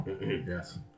yes